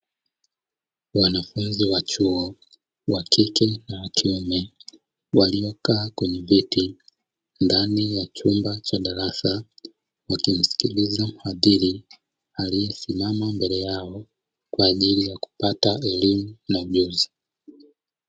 Wanafunzi wa chuo, wakike na wakiume waliokaa kwenye viti ,ndani ya chumba cha darasa , wakimsikiliza mwadhiri aliesimama mbele yao , kwaajili ya kupata elimu na ujuzi .